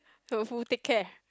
so who take care